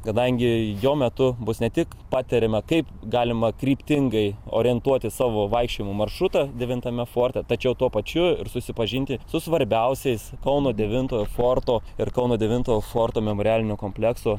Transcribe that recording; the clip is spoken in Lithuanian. kadangi jo metu bus ne tik patariama kaip galima kryptingai orientuoti savo vaikščiojimo maršrutą devintame forte tačiau tuo pačiu ir susipažinti su svarbiausiais kauno devintojo forto ir kauno devintojo forto memorialinio komplekso